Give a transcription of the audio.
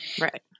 Right